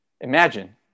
imagine